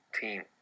team